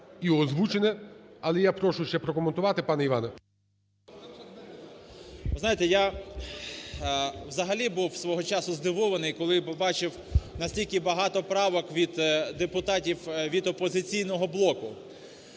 і озвучене, але я прошу ще прокоментувати пана Івана. 16:16:44 ВІННИК І.Ю. Ви знаєте, я взагалі був свого часу здивований, коли побачив настільки багато правок від депутатів від "Опозиційного блоку".